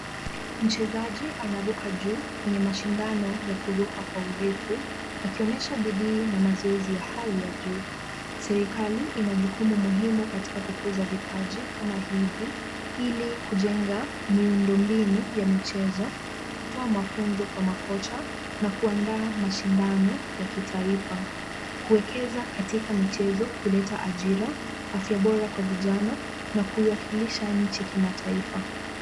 Mchezaji anaruka juu kwenye mashindano ya kuruka kwa urefu akionyesha bidii, na mazoezi ya hali ya juu. Serikali ina jukumu muhimu katika kukuza vipaji kama hivi ili kujenga miundombinu ya michezo, kutoa mafunzo kwa makocha, na kuandaa mashindano ya kitaifa. Kuwekeza katika michezo huleta ajira, afya bora kwa vijana, na kuiwakilisha nchi kimataifa.